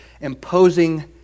imposing